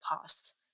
past